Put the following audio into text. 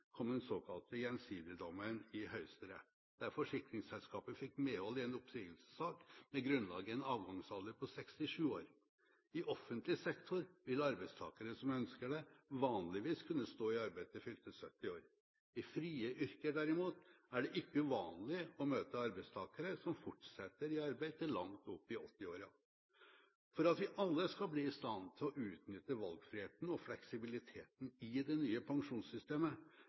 kom den såkalte Gjensidige-dommen i Høyesterett, der forsikringsselskapet fikk medhold i en oppsigelsessak med grunnlag i en avgangsalder på 67 år. I offentlig sektor vil arbeidstakere som ønsker det, vanligvis kunne stå i arbeid til fylte 70 år. I frie yrker er det derimot ikke uvanlig å møte arbeidstakere som fortsetter i arbeid til langt opp i 80-årene. For at vi alle skal bli i stand til å utnytte valgfriheten og fleksibiliteten i det nye pensjonssystemet,